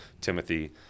Timothy